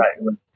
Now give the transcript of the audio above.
right